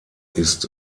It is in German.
ist